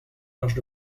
marges